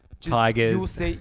Tigers